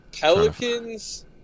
Pelicans